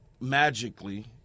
magically